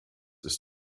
ist